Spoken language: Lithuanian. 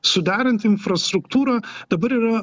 suderint infrastruktūrą dabar yra